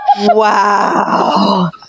wow